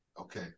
Okay